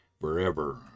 forever